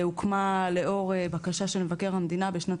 הוקמה לאור בקשה של מבקר המדינה בשנת